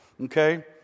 okay